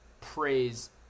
praise